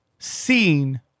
seen